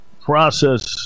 process